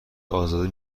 ازاده